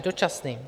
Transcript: Dočasným.